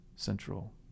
Central